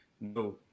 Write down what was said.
no